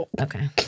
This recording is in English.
Okay